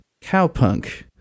cowpunk